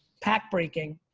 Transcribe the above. pack breaking.